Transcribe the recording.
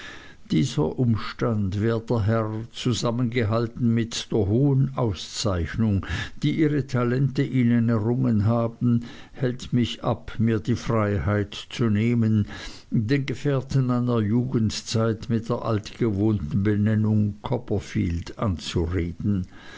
dieser umstand werter herr zusammengehalten mit der hohen auszeichnung die ihre talente ihnen errungen haben hält mich ab mir die freiheit zu nehmen den gefährten meiner jugendzeit mit der altgewohnten benennung copperfield anzureden